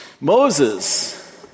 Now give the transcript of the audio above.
Moses